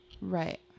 Right